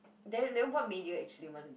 then then what made you actually wanna do